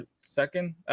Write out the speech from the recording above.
second